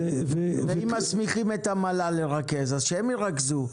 ואם מסמיכים את המל"ל לרכז, אז שהם ירכזו.